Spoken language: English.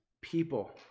people